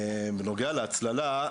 בנוגע להצללה,